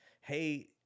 Hey